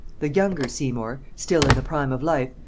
the younger seymour, still in the prime of life,